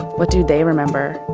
what do they remember?